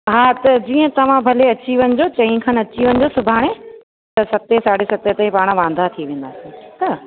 हा त जीअं तव्हां भले अची वञिजो चई खनि अची वञिजो सुभाणे त सते साढे सते ताईं पाण वांदा थी वेंदा ठीकु आहे